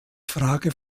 frage